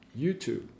YouTube